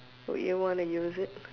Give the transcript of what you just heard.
would you want to use it